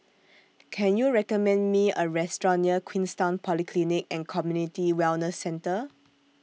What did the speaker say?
Can YOU recommend Me A Restaurant near Queenstown Polyclinic and Community Wellness Centre